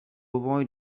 avoid